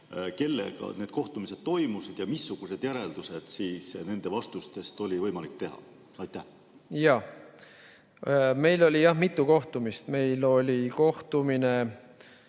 kellega need kohtumised toimusid ja missuguseid järeldusi nende vastustest oli võimalik teha. Jaa. Meil oli mitu kohtumist. Meil oli kohtumisi